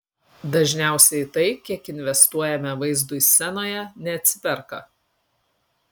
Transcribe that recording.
dažniausiai tai kiek investuojame vaizdui scenoje neatsiperka